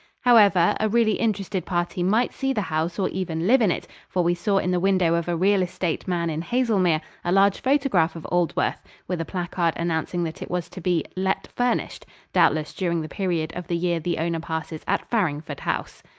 however, a really interested party might see the house or even live in it, for we saw in the window of a real estate man in haselmere a large photograph of aldworth, with a placard announcing that it was to be let furnished doubtless during the period of the year the owner passes at farringford house.